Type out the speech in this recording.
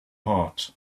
heart